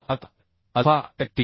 आता alpha lt